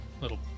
little